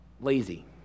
lazy